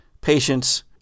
Patience